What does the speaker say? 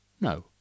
No